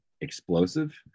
explosive